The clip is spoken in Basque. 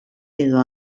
edo